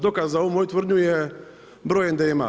Dokaz za ovu moju tvrdnju je broj endema.